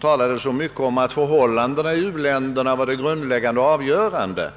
talade så mycket om att samhällsförhållandena i u-länderna är det grundläggande och avgörande.